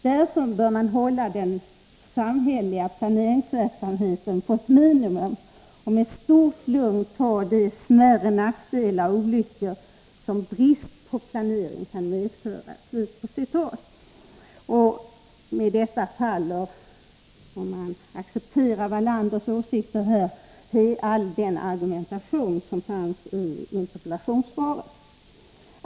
Därför bör man hålla den samhälleliga planeringsverksamheten på ett minimum och med stort lugn ta de smärre nackdelar och olyckor som brist på planering kan medföra.” Om man accepterar Wallanders åsikter, faller den argumentation som finns i interpellationssvaret.